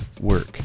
work